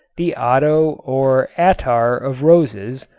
the otto or attar of roses,